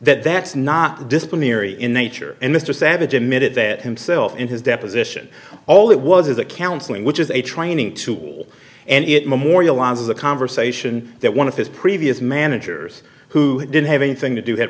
that that's not disciplinary in nature and mr savage admitted that himself in his deposition all it was is a counseling which is a training tool and it memorializes a conversation that one of his previous managers who didn't have anything to do had